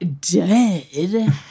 dead